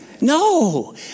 No